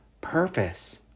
purpose